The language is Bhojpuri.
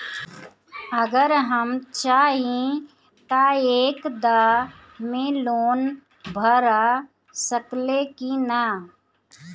अगर हम चाहि त एक दा मे लोन भरा सकले की ना?